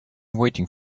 waiting